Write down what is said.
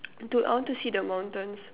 dude I want to see the mountains